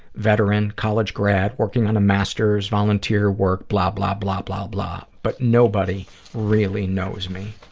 veteran, college grad, working on a master's, volunteer work, blah, blah, blah, blah, blah, but nobody really knows me.